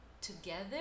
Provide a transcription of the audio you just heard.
together